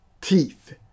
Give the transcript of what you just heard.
teeth